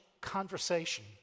conversation